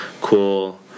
cool